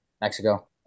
Mexico